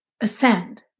ascend